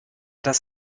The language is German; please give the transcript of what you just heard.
das